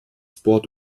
wort